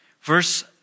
Verse